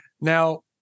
now